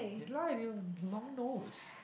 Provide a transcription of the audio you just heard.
they lie they've long nose